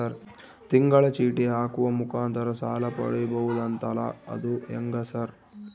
ತಿಂಗಳ ಚೇಟಿ ಹಾಕುವ ಮುಖಾಂತರ ಸಾಲ ಪಡಿಬಹುದಂತಲ ಅದು ಹೆಂಗ ಸರ್?